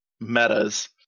metas